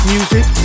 Music